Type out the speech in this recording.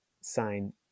sign